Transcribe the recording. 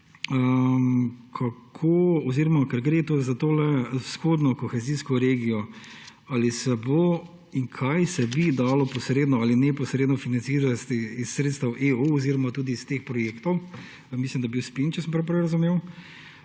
pa zanima, ker gre za to vzhodno kohezijsko regijo: Ali se bo in kaj se bi dalo posredno ali neposredno financirati iz sredstev EU oziroma tudi iz teh projektov EU – pa mislim, da je bil SPIN, če sem prav prej razumel